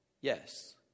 Yes